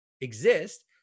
exist